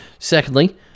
Secondly